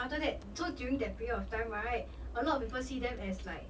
after that so during that period of time right a lot of people see them as like